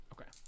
Okay